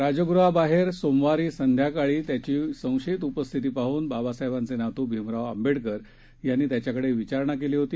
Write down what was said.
राजगृहाबाहेर सोमवारी संध्याकाळी त्याची संशयित उपस्थिती पाहन बाबासाहेबांचे नात् भिमराव आंबेडकर यांनी त्याच्याकडे विचारणा केली होती